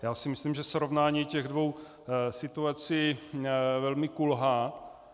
Já si myslím, že srovnání těchto dvou situací velmi kulhá.